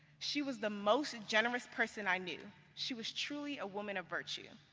she was the most generous person i knew. she was truly a woman of virtue.